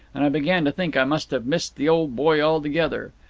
and i began to think i must have missed the old boy altogether.